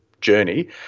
Journey